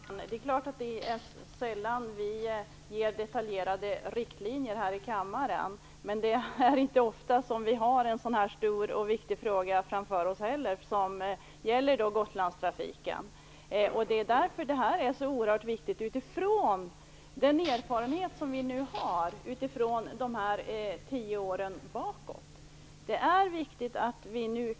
Fru talman! Det är klart att vi här i kammaren sällan anger detaljerade riktlinjer, men det är inte heller ofta vi behandlar en så här stor och viktig fråga, som den som gäller Gotlandstrafiken. Det är därför som det här är så oerhört viktigt, utifrån den erfarenhet som vi nu har från de tio år som gått.